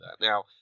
Now